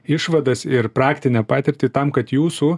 išvadas ir praktinę patirtį tam kad jūsų